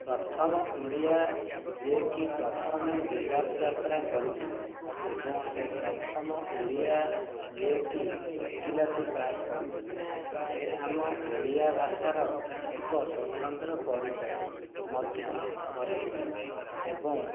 ପ୍ରଥମ ଓଡ଼ିଆ ଯିଏକି ପ୍ରଥମେ ବିଲାତ ଯାତ୍ରା କରିଥିଲେ ଏବଂ ସିଏ ପ୍ରଥମ ଓଡ଼ିଆ ଯିଏକି ଓକିଲାତି ପାସ୍ କରିଥିଲେ ସେ ଆମ ଓଡ଼ିଆ ଭାଷାର ଏକ ସ୍ଵତନ୍ତ୍ର ପରିଚୟ ମଧ୍ୟ କରିଥିଲେ ଏବଂ